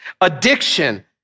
addiction